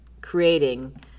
creating